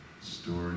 story